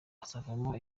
bazavamo